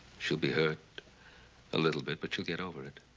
she'll be hurt a little bit, but she'll get over it.